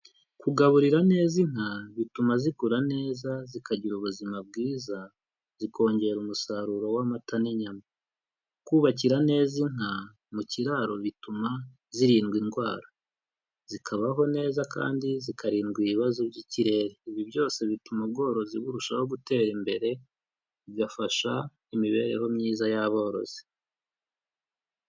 Kugaburira neza inka, bituma zikura neza zikagira ubuzima bwiza, zikongera umusaruro w'amata n'inyama. Kubakira neza inka, mu kiraro bituma zirindwa indwara. Zikabaho neza kandi zikarindwa ibibazo by'ikirere. Ibi byose bituma ubworozi burushaho gutera imbere, bigafasha imibereho myiza y'aborozi.